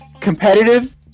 competitive